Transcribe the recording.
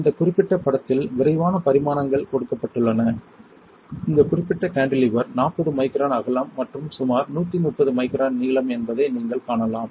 இந்த குறிப்பிட்ட படத்தில் விரிவான பரிமாணங்கள் கொடுக்கப்பட்டுள்ளன இந்த குறிப்பிட்ட கான்டிலீவர் 40 மைக்ரான் அகலம் மற்றும் சுமார் 130 மைக்ரான் நீளம் என்பதை நீங்கள் காணலாம்